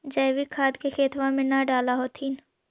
जैवीक खाद के खेतबा मे न डाल होथिं?